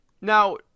Now